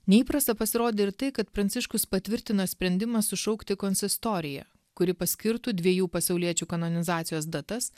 neįprasta pasirodė ir tai kad pranciškus patvirtino sprendimą sušaukti konsistoriją kuri paskirtų dviejų pasauliečių kanonizacijos datas